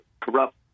corrupt